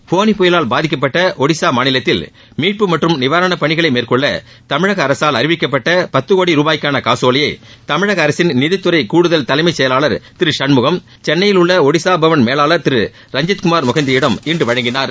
ஃபோனி புயலால் பாதிக்கப்பட்ட ஒடிஸா மாநிலத்தில் மீட்பு மற்றும் நிவாரணப் பணிகளை மேற்கொள்ள தமிழக அரசால் அறிவிக்கப்பட்ட பத்து கோடி ருபாய்க்கான காசோலையை தமிழக அரசின் நிதித்துறை கூடுதல் தலைமை செயலாளா் திரு சண்முகம் சென்னையில் உள்ள ஒடிஸா பவன் மேலாளர் திரு ரஞ்சித் குமார் மொஹந்தியிடம் இன்று வழங்கினார்